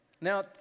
Now